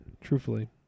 truthfully